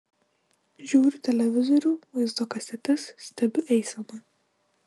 žiūriu televizorių vaizdo kasetes stebiu eiseną